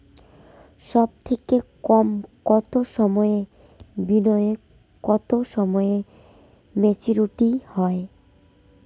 সবথেকে কম কতো সময়ের বিনিয়োগে কতো সময়ে মেচুরিটি হয়?